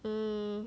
mm